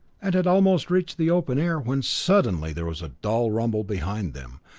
and had almost reached the open air, when suddenly there was a dull rumble behind them,